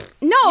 no